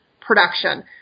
production